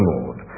Lord